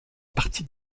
parties